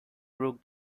broke